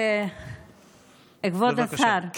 כבוד השר,